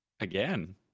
again